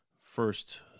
first